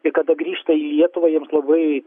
ir kada grįžta į lietuvą jiems labai